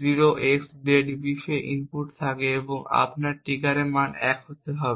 0xDEADBEEF input থাকে তখন আপনার ট্রিগারের মান 1 হতে হবে